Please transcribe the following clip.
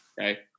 Okay